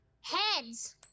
Heads